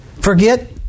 Forget